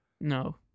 No